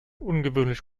ungewöhnlich